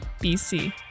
BC